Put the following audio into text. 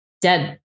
dead